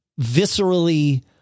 viscerally